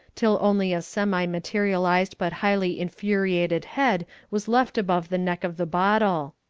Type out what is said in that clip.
till only a semi-materialised but highly infuriated head was left above the neck of the bottle.